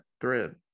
thread